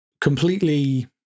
completely